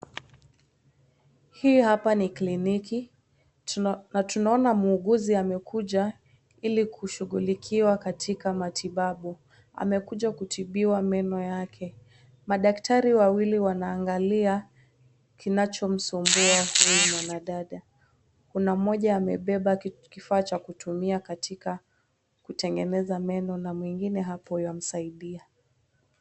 Hii hapa ni kliniki na tunaona mhuguzi amekuja Ili kushughulikiwa katika matibabu. Amekuja kutibiwa meno yake. Madaktari wawili wanaangalia kinachomsumbua huyu mwanadada. Kuna mmoja amebeba kifaa cha kutumia katika kutengeneza meno na mwingine hapo yamsaidia.